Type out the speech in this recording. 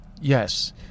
yes